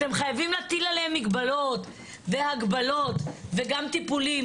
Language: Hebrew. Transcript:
אתם חייבים להטיל עליהם מגבלות והגבלות וגם טיפולים,